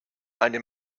eine